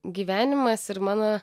gyvenimas ir mano